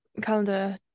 calendar